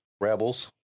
Rebels